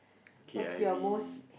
kay I V